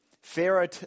Pharaoh